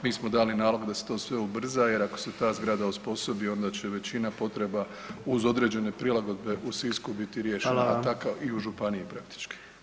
Mi smo dali nalog da se to sve ubrza jer ako se ta zgrada osposobi onda će većina potreba uz određene prilagodbe u Sisku biti riješena, a tako [[Upadica predsjednik: Hvala.]] i u županiji praktički.